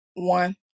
One